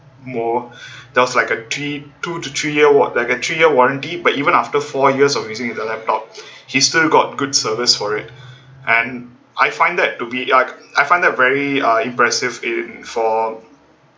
more that was like a three two to three year old like a three year warranty but even after four years of using the laptop he still got good service for it and I find that to be ya I find that very uh impressive in for